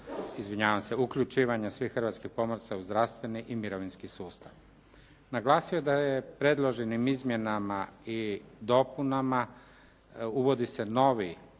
pitanja uključivanja svih hrvatskih pomoraca u zdravstveni i mirovinski sustav. Naglasio je da je predloženim izmjenama i dopunama uvodi se novi